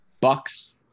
Bucks